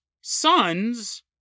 son's